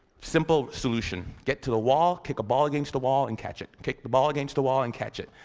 simple solution get to the wall, kick a ball against the wall and catch it. kick the ball against the wall and catch it.